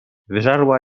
wyżarła